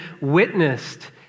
witnessed